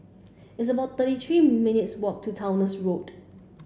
it's about thirty three minutes' walk to Towner's Road